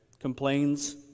Complains